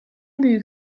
büyük